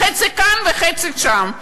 חצי כאן וחצי שם,